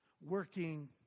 working